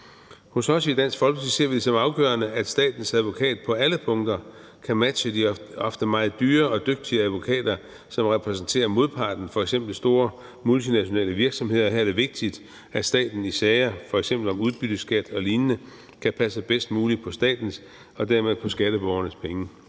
Hos os i Dansk Folkeparti ser vi det som afgørende, at statens advokat på alle punkter kan matche de ofte meget dyre og dygtige advokater, som repræsenterer modparten, f.eks. store multinationale virksomheder. Her er det vigtigt, at staten i sager, f.eks. om udbytteskat og lignende, kan passe bedst muligt på statens og dermed skatteborgernes penge.